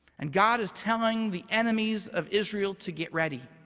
and god is telling the enemies of israel to get ready.